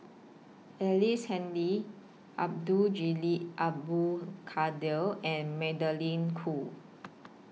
Ellice Handy Abdul Jalil Abdul Kadir and Magdalene Khoo